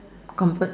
comfort